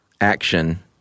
action